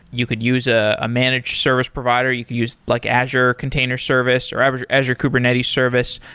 you could use a ah managed service provider, you could use like azure container service or azure azure kubernetes service.